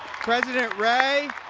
president ray,